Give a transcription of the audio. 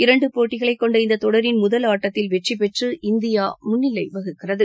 இரண்டு போட்டிகளை கொண்ட இந்த தொடரின் முதல் ஆட்டத்தில் வெற்றி பெற்று இந்தியா முன்னிலை வகிக்கிறது